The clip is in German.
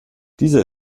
dieser